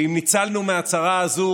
ואם ניצלנו מהצרה הזו,